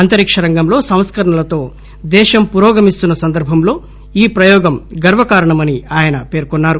అంతరిక్ష రంగంలో సంస్కరణలతో దేశం పురోగమిస్తున్న సందర్బంలో ఈ ప్రయోగం గర్వకారణమని ఆయన పేర్కొన్నారు